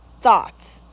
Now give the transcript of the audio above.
thoughts